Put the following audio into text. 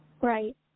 Right